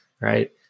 Right